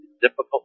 difficult